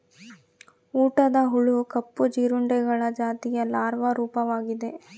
ಊಟದ ಹುಳು ಕಪ್ಪು ಜೀರುಂಡೆಗಳ ಜಾತಿಯ ಲಾರ್ವಾ ರೂಪವಾಗಿದೆ